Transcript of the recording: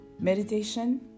Meditation